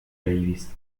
davis